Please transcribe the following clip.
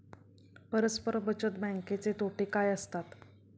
परस्पर बचत बँकेचे तोटे काय असतात?